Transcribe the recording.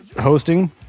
hosting